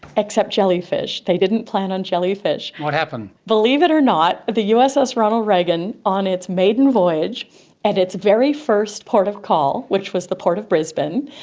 except jellyfish. they didn't plan on jellyfish. what happened? believe it or not, the uss ronald reagan on its maiden voyage at its very first port of call, which was the port of brisbane,